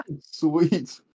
Sweet